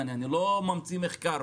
אני לא ממציא מחקר.